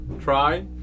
try